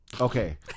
Okay